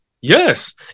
Yes